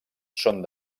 són